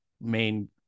main